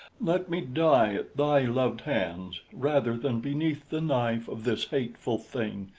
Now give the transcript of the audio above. let me die at thy loved hands rather than beneath the knife of this hateful thing,